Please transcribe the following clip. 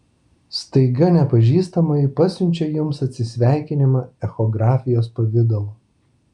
staiga nepažįstamoji pasiunčia jums atsisveikinimą echografijos pavidalu